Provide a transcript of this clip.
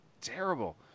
terrible